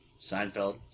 Seinfeld